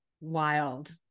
wild